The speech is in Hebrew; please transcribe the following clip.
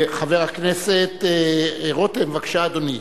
חבר הכנסת רותם, בבקשה, אדוני,